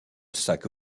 sac